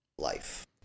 Life